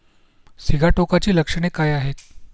सिगाटोकाची लक्षणे काय आहेत?